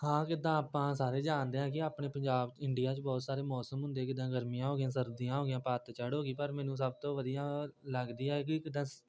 ਹਾਂ ਜਿੱਦਾਂ ਆਪਾਂ ਸਾਰੇ ਜਾਣਦੇ ਹਾਂ ਕਿ ਆਪਣੇ ਪੰਜਾਬ 'ਚ ਇੰਡੀਆ 'ਚ ਬਹੁਤ ਸਾਰੇ ਮੌਸਮ ਹੁੰਦੇ ਜਿੱਦਾਂ ਗਰਮੀਆਂ ਹੋ ਗਈਆਂ ਸਰਦੀਆਂ ਹੋ ਗਈਆਂ ਪੱਤਝੜ ਹੋ ਗਈ ਪਰ ਮੈਨੂੰ ਸਭ ਤੋਂ ਵਧੀਆ ਲੱਗਦੀ ਆ ਕਿ ਜਿੱਦਾਂ